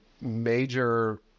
major